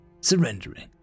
surrendering